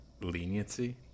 leniency